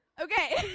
okay